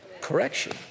Correction